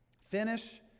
finish